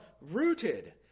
rooted